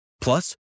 Plus